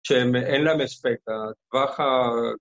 ‫שהם אין להם הספק, הטווח ה...